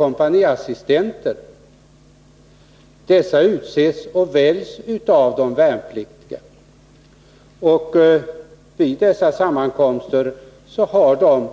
Kompaniassistenter och representanter i förbandsnämnder väljs av de värnpliktiga, och vid sammankomsterna har de